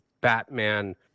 Batman